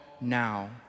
now